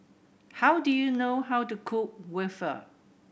how do you know how to cook waffle